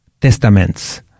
testaments